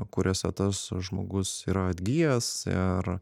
kuriuose tas žmogus yra atgijęs ir